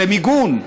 זה מיגון.